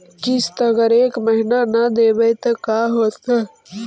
किस्त अगर एक महीना न देबै त का होतै?